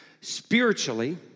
spiritually